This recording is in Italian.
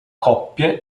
coppie